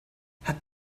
hat